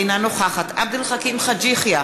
אינה נוכחת עבד אל חכים חאג' יחיא,